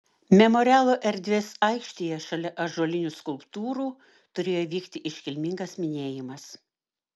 memorialo erdvės aikštėje šalia ąžuolinių skulptūrų turėjo vykti iškilmingas minėjimas